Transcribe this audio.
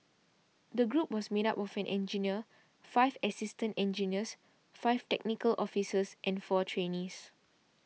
the group was made up of an engineer five assistant engineers five technical officers and four trainees